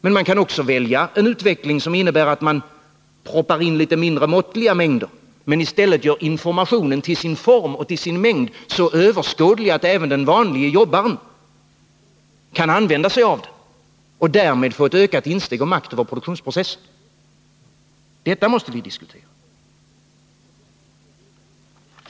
Men man kan också välja en utveckling som innebär att man plockar in litet mindre och mer måttliga mängder men i stället gör informationen, till sin form och till sin mängd, så överskådlig att även den vanlige jobbaren därmed får ökad makt över produktionsprocessen. Detta måste vi diskutera.